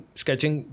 sketching